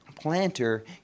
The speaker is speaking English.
planter